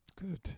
Good